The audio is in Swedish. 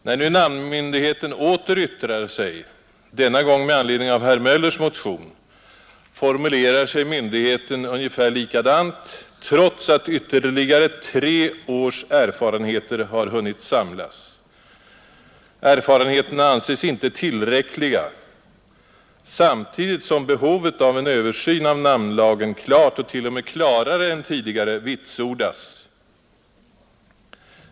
När nu namnmyndigheten åter yttrar sig — denna gång med anledning av herr Möllers motion — formulerar sig myndigheten ungefär likadant, trots att ytterligare tre års erfarenheter hunnit samlas — dessa anses inte tillräckliga — samtidigt som behovet av en översyn av namnlagen klart och till och med klarare än tidigare vitsordas.